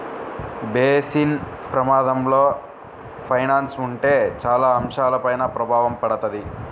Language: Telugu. బేసిస్ ప్రమాదంలో ఫైనాన్స్ ఉంటే చాలా అంశాలపైన ప్రభావం పడతది